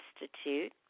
Institute